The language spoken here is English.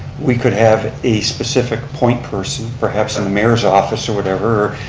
we could have a specific point person, perhaps in the mayor's office or whatever,